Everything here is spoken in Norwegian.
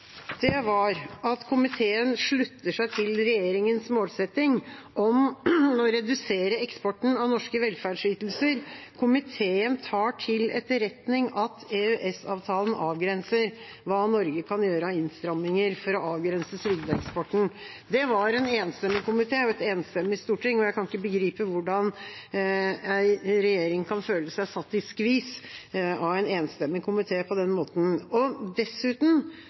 var: «Komiteen slutter seg til regjeringens målsetting om å redusere eksporten av norske velferdsytelser. Komiteen tar til etterretning at EØS-avtalen avgrenser hva Norge kan gjøre av innstramminger for å avgrense trygdeeksporten.» Det var en enstemmig komité og et enstemmig storting, og jeg kan ikke begripe hvordan en regjering kan føle seg satt i skvis av en enstemmig komité på den måten. Dessuten var det en merknad i den innstillinga fra Arbeiderpartiet og